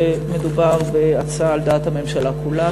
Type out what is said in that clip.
ומדובר בהצעה על דעת הממשלה כולה.